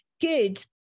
good